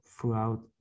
throughout